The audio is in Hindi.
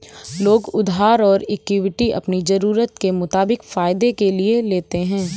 लोग उधार और इक्विटी अपनी ज़रूरत के मुताबिक फायदे के लिए लेते है